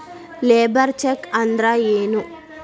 Labour check ಅಂದ್ರ ಏನು?